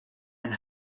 and